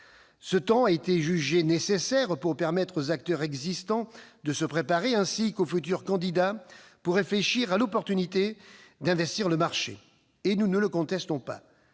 Ce temps a été jugé nécessaire pour permettre aux acteurs existants de se préparer, ainsi qu'aux futurs candidats de réfléchir à l'opportunité d'investir le marché, ce que nous ne contestons pas.